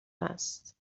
است